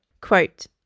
Quote